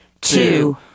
two